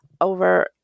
over